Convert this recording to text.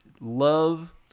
love